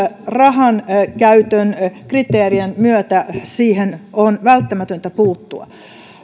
rahankäytön kriteerien myötä siihen on välttämätöntä puuttua